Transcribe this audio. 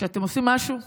שאתם עושים משהו קטן,